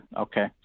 Okay